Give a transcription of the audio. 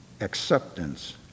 acceptance